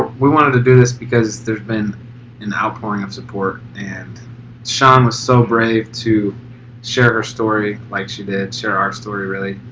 we wanted to do this because there's been an outpouring of support and shawn was so brave to share her story like she did. share our story really.